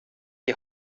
die